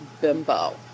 bimbo